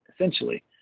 essentially